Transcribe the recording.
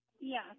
Yes